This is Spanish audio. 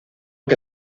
que